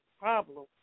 problem